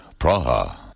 Praha